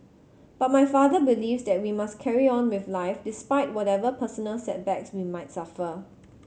but my father believes that we must carry on with life despite whatever personal setbacks we might suffer